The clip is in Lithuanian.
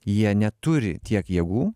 jie neturi tiek jėgų